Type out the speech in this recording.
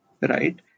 right